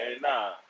Nah